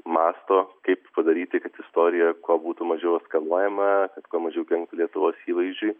mąsto kaip padaryti kad istorijoje kuo būtų mažiau eskaluojama kad kuo mažiau kenkti lietuvos įvaizdžiui